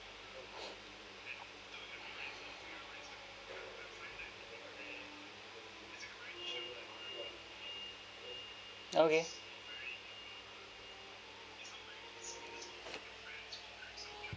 okay